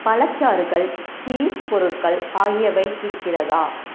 பழச்சாறுகள் cheese பொருட்கள் ஆகியவை இருக்கிறதா